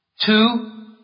Two